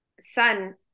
son